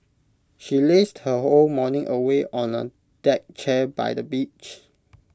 she lazed her whole morning away on A deck chair by the beach